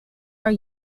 are